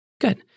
Good